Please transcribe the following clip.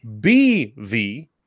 BV